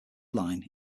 line